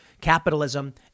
capitalism